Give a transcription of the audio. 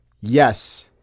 yes